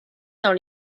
dans